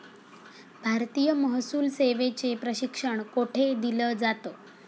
भारतीय महसूल सेवेचे प्रशिक्षण कोठे दिलं जातं?